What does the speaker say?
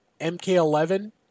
MK11